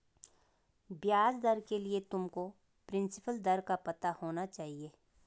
ब्याज दर के लिए तुमको प्रिंसिपल दर का पता होना चाहिए